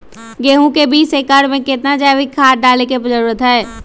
गेंहू में बीस एकर में कितना जैविक खाद डाले के जरूरत है?